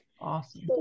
Awesome